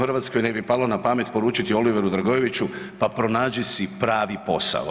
Hrvatskoj ne bi palo na pamet poručiti Oliveru Dragojeviću, pa pronađi si pravi posao.